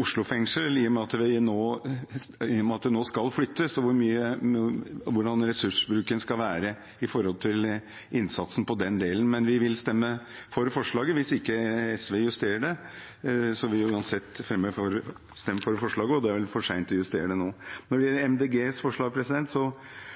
Oslo fengsel i og med at det nå skal flyttes, og hvordan ressursbruken skal være når det gjelder innsatsen på den delen. Men vi vil stemme for forslaget. Hvis SV ikke justerer det, vil vi uansett stemme for forslaget, og det er vel for sent å justere det nå. Når det gjelder Miljøpartiet De Grønnes forslag,